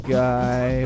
guy